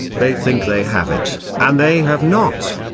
they think they have it, and they have not.